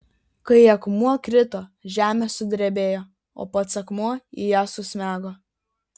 kai akmuo krito žemė sudrebėjo o pats akmuo į ją susmego